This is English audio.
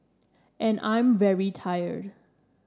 and I am very tired